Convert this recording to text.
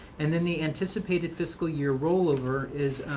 and then the anticipated fiscal year rollover is